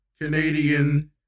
Canadian